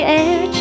air